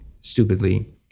stupidly